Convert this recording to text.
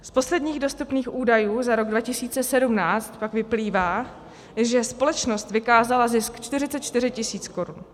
Z posledních dostupných údajů za rok 2017 pak vyplývá, že společnost vykázala zisk 44 tisíc korun.